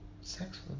sex